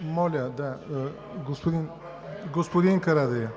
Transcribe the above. НОТЕВ: Господин Карадайъ,